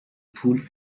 پول